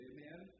Amen